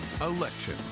Election